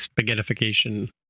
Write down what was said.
spaghettification